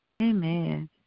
Amen